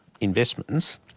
investments